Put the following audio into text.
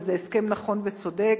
וזה הסכם נכון וצודק,